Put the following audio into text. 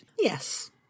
Yes